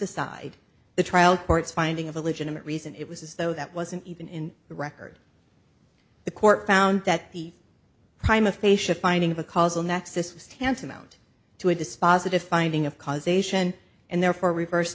aside the trial court's finding of a legitimate reason it was as though that wasn't even in the record the court found that the crime of patient finding of a causal nexus was tantamount to a dispositive finding of causation and therefore reverse